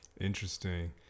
Interesting